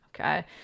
Okay